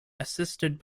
assisted